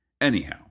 anyhow